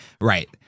right